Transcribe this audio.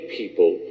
people